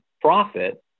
profit